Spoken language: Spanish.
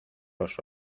los